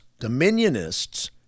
dominionists